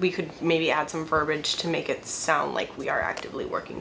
we could maybe add some ferment to make it sound like we are actively working